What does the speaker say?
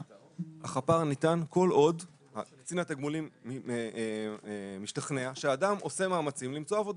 החפ"ר ניתן כל עוד קצין התגמולים משתכנע שאדם עושה מאמצים למצוא עבודה.